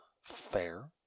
Fair